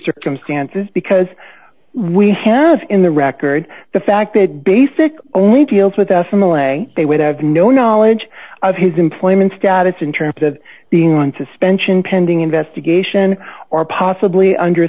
circumstances because we have in the record the fact that basic only deals with us in the way they would have no knowledge of his employment status in terms of being on suspension pending investigation or possibly under